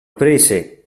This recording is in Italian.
prese